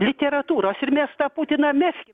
literatūros ir mes tą putiną meskim